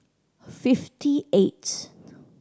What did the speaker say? fifty eight